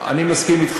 אני מסכים אתך,